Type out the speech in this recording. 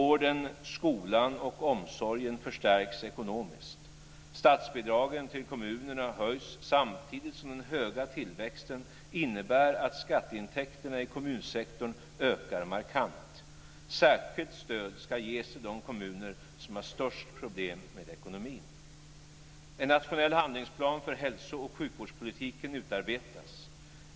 Vården, skolan och omsorgen förstärks ekonomiskt. Statsbidragen till kommunerna höjs samtidigt som den höga tillväxten innebär att skatteintäkterna i kommunsektorn ökar markant. Särskilt stöd ska ges till de kommuner som har störst problem med ekonomin. En nationell handlingsplan för hälso och sjukvårdspolitiken utarbetas.